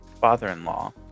father-in-law